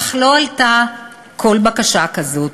אך לא הייתה כל בקשה כזאת.